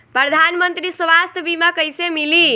प्रधानमंत्री स्वास्थ्य बीमा कइसे मिली?